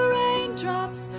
raindrops